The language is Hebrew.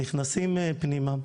נכנסים פנימה,